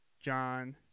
John